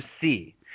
see